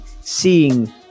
seeing